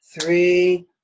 three